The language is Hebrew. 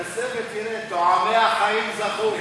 טועמיה חיים זכו.